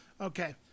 Okay